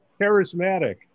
charismatic